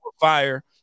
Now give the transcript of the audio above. fire